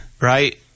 right